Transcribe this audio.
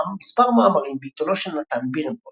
מספר מאמרים בעיתונו של נתן בירנבוים.